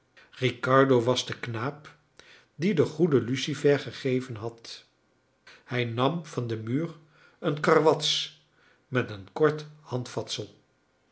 riccardo was de knaap die de goede lucifer gegeven had hij nam van den muur een karwats met een kort handvatsel